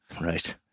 Right